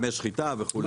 ימי שחיטה וכו'.